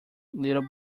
little